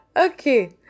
okay